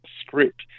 script